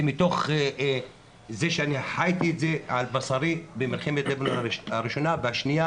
זה מתוך זה שאני חייתי את זה על בשרי במלחמת לבנון הראשונה והשנייה